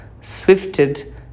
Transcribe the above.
swifted